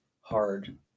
hard